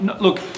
look